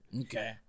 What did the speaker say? Okay